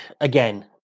again